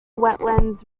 wetlands